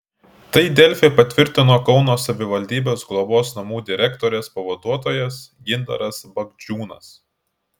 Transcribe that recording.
tai delfi patvirtino kauno savivaldybės globos namų direktorės pavaduotojas gintaras bagdžiūnas